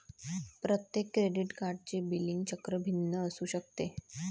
प्रत्येक क्रेडिट कार्डचे बिलिंग चक्र भिन्न असू शकते